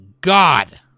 God